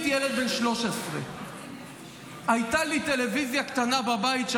הייתי ילד בן 13. הייתה לי טלוויזיה קטנה בבית,